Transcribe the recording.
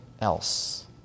else